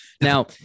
Now